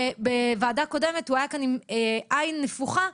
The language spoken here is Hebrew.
בוועדה קודמת הוא היה כאן עם עין נפוחה,